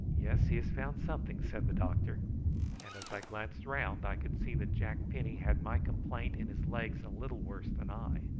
yes, he has found something, said the doctor and as i glanced round i could see that jack penny had my complaint in his legs a little worse than i.